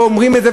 ואומרים את זה,